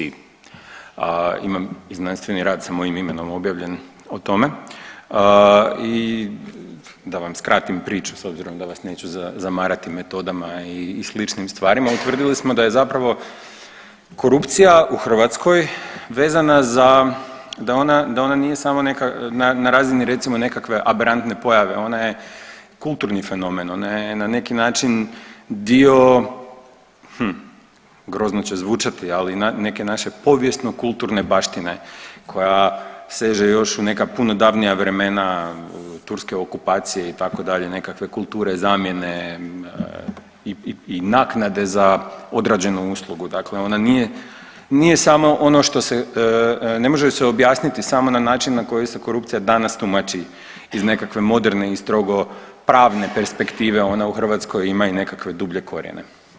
Imam i znanstveni rad sa mojim imenom objavljen o tome i da vam skratim priču s obzirom da vas neću zamarati metodama i sličnim stvarima, utvrdili smo da je zapravo korupcija u Hrvatskoj vezana za, da ona nije samo neka na razini recimo nekakve aberantne pojave, ona je kulturni fenomen, ona je na neki način dio, hm, grozno će zvučati, ali neke naše povijesno-kulturne baštine koja seže još u neka puno davnija vremena turske okupacije, itd., nekakve kulture zamjene i naknade za odrađenu uslugu, dakle ona nije samo ono što se, ne može joj se objasniti samo na način na koji se korupcija danas tumači iz nekakve moderne i strogo pravne perspektive, ona u Hrvatskoj ima i nekakve dublje korijene.